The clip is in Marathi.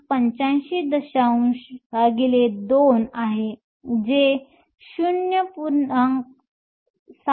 252 आहे जे 0